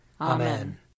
Amen